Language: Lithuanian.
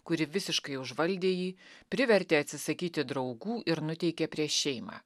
kuri visiškai užvaldė jį privertė atsisakyti draugų ir nuteikė prieš šeimą